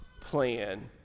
plan